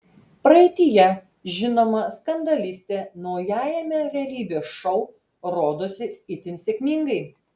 praeityje žinoma skandalistė naujajame realybės šou rodosi itin sėkmingai